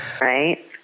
right